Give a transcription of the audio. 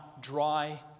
dry